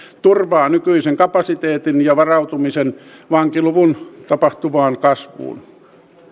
turvaa nykyisen kapasiteetin ja varautumisen vankiluvuissa tapahtuvaan kasvuun